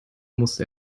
musste